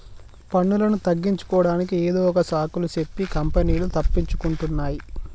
పన్నులను తగ్గించుకోడానికి ఏదొక సాకులు సెప్పి కంపెనీలు తప్పించుకుంటున్నాయ్